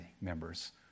members